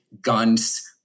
guns